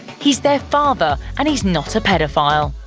he's their father, and he's not a pedophile.